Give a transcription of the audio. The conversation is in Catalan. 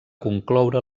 concloure